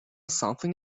something